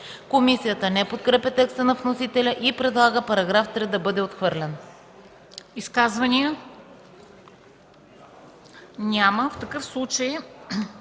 Комисията не подкрепя текста на вносителя и предлага § 3 да бъде отхвърлен.